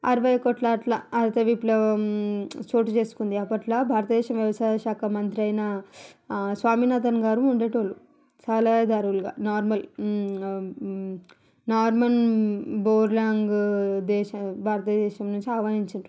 అరవై ఒకటిలో అట్ల హరిత విప్లవం చోటు చేసుకుంది అప్పట్లో భారత దేశంలో వ్యవసాయ శాఖ మంత్రి అయినా స్వామినాథన్ గారు ఉండేటోళ్ళు సలహాదారులుగా నార్మల్ నార్మాండ్ బోర్లాంగ్ దేశం భారతదేశం నుంచి ఆహ్వానించిండ్రు